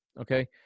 Okay